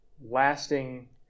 lasting